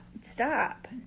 Stop